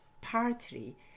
partly